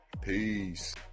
Peace